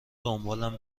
دنبالم